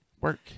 work